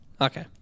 Okay